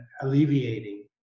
alleviating